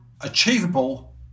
achievable